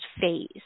phase